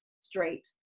straight